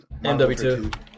MW2